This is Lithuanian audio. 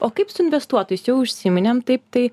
o kaip su investuotojais jau užsiminėm taip tai